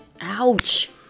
Ouch